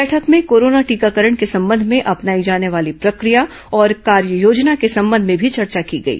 बैठक में कोरोना टीकाकरण के संबंध में अपनाई जाने वाली प्रकिया और कार्ययोजना के संबंध में भी चर्चा की गई